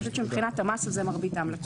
אני חושבת שמבחינת המס זה מרביתם.